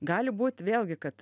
gali būt vėlgi kad